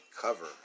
cover